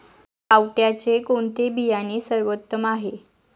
पावट्याचे कोणते बियाणे सर्वोत्तम आहे?